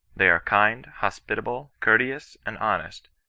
they are kind, hospitable, courteous, and honest,